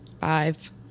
five